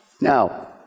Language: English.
Now